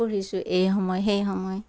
পঢ়িছোঁ এই সময় সেই সময়